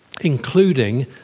including